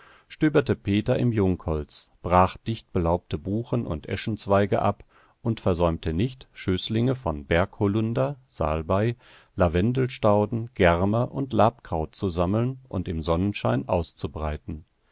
stöberte peter im jungholz brach dichtbelaubte buchen und eschenzweige ab und versäumte nicht schößlinge von bergholunder salbei lavendelstauden germer und labkraut zu sammeln und im sonnenschein auszubreiten